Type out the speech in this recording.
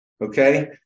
Okay